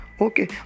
Okay